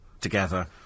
together